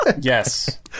Yes